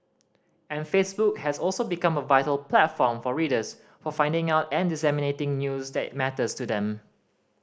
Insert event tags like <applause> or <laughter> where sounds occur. and Facebook has also become a vital platform for readers for finding out and disseminating news that <unintelligible> matters to them